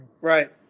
Right